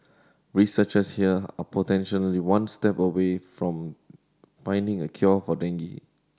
researchers here are potentially one step away from finding a cure for dengue